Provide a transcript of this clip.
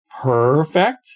perfect